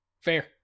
Fair